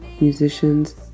musicians